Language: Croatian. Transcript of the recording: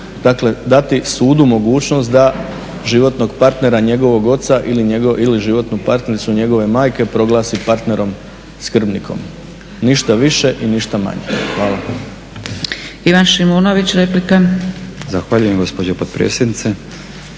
Dakle, dati sudu mogućnost da životnog partnera njegovog oca ili životnu partnericu njegove majke proglasi partnerom skrbnikom. Ništa više i ništa manje. Hvala. **Zgrebec, Dragica (SDP)** Ivan Šimunović, replika.